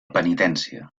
penitència